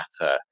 matter